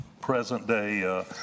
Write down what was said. present-day